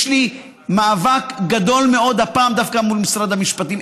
יש לי מאבק גדול מאוד הפעם דווקא מול משרד המשפטים.